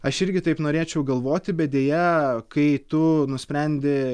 aš irgi taip norėčiau galvoti bet deja kai tu nusprendi